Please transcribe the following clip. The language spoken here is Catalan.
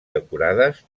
decorades